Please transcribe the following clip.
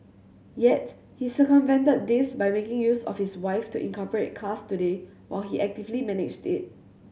yet he circumvented this by making use of his wife to incorporate Cars Today while he actively managed it